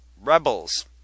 rebels